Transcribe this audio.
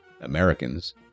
Americans